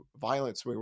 violence